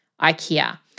IKEA